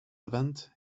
event